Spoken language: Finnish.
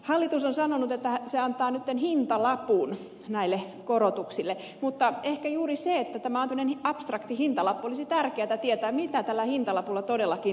hallitus on sanonut että se antaa nyt hintalapun näille korotuksille mutta ehkä juuri siksi että tämä on tämmöinen abstrakti hintalappu olisi tärkeätä tietää mitä tällä hintalapulla todellakin saa